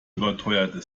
überteuerte